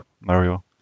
Mario